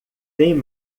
tem